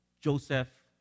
Joseph